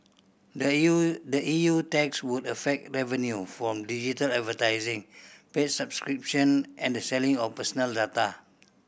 the E U the E U tax would affect revenue from digital advertising paid subscription and the selling of personal data